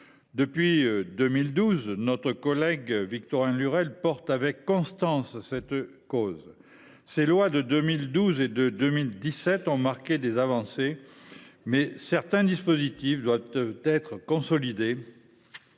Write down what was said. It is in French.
Depuis 2012, notre collègue Victorin Lurel porte avec constance cette cause. Ses lois de 2012 et 2017 ont marqué des avancées, mais certains dispositifs doivent être consolidés,